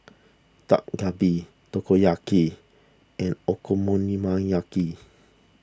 Dak Galbi Takoyaki and Okonomiyaki